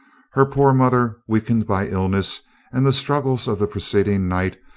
her poor mother, weakened by illness and the struggles of the preceding night,